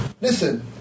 Listen